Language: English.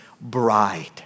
bride